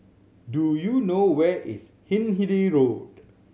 do you know where is Hindhede Road